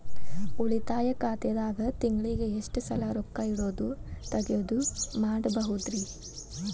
ಉಳಿತಾಯ ಖಾತೆದಾಗ ತಿಂಗಳಿಗೆ ಎಷ್ಟ ಸಲ ರೊಕ್ಕ ಇಡೋದು, ತಗ್ಯೊದು ಮಾಡಬಹುದ್ರಿ?